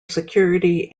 security